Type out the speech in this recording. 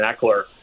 Eckler